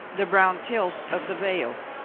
the brown tilth of the vale.